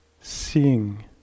Seeing